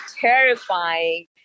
terrifying